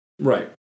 Right